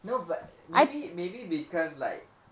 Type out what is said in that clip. no but maybe maybe because like